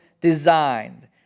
designed